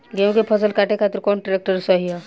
गेहूँ के फसल काटे खातिर कौन ट्रैक्टर सही ह?